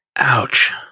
Ouch